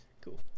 cool